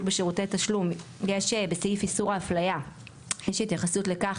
בשירותי תשלום יש בסעיף איסור ההפליה התייחסות לכך